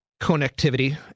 connectivity